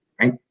right